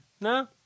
No